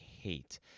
hate